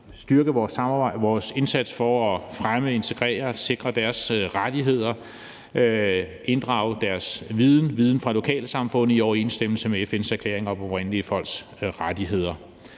styrke vores indsats for at fremme, integrere og sikre deres rettigheder og inddrage deres viden, viden fra lokalsamfund i overensstemmelse med FN's erklæring om oprindelige folks rettigheder.